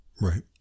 Right